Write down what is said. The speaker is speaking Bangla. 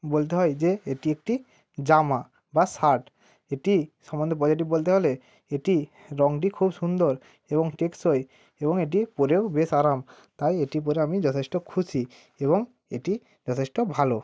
বলতে হয় যে এটি একটি জামা বা শার্ট এটি সম্মন্ধে পজিটিভ বলতে হলে এটি রংটি খুব সুন্দর এবং টেকসই এবং এটি পরেও বেশ আরাম তাই এটি পরে আমি যথেষ্ট খুশি এবং এটি যথেষ্ট ভালো